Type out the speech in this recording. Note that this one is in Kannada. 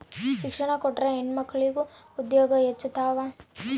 ಶಿಕ್ಷಣ ಕೊಟ್ರ ಹೆಣ್ಮಕ್ಳು ಉದ್ಯೋಗ ಹೆಚ್ಚುತಾವ